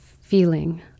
feeling